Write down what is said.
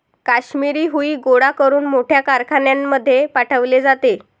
काश्मिरी हुई गोळा करून मोठ्या कारखान्यांमध्ये पाठवले जाते